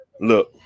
Look